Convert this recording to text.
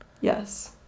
Yes